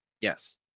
Yes